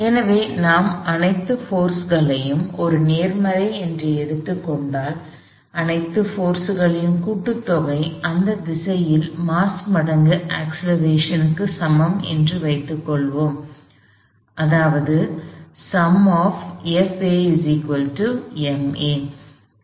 எனவே நாம் அனைத்து போர்ஸ்களையும் ஒரு நேர்மறை என்று எடுத்துக்கொண்டால் அனைத்து போர்ஸ்களின் கூட்டுத்தொகை அந்த திசையில் மாஸ் மடங்கு அக்ஸ்லெரேஷன் க்கு சமம் என்று வைத்துக்கொள்வோம் அதாவது Fma